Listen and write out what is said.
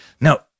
No